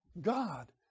God